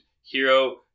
Hero